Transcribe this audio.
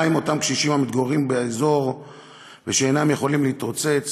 מה עם אותם קשישים המתגוררים באזור ושאינם יכולים להתרוצץ?